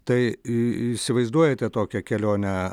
tai į įsivaizduojate tokią kelionę